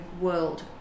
world